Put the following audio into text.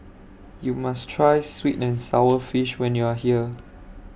YOU must Try Sweet and Sour Fish when YOU Are here